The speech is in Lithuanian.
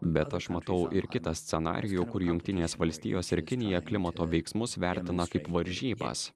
bet aš matau ir kitą scenarijų kurį jungtinės valstijos ir kinija klimato veiksmus vertina kaip varžybas